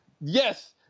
Yes